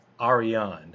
Ariane